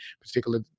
particular